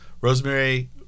Rosemary